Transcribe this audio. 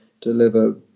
deliver